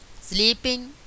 Sleeping